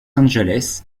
angeles